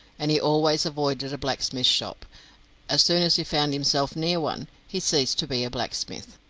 and he always avoided a blacksmith's shop as soon as he found himself near one he ceased to be a blacksmith.